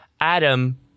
Adam